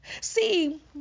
See